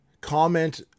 comment